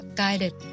guided